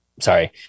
Sorry